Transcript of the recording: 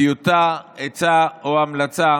טיוטה, עצה או המלצה